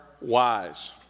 wise